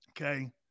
okay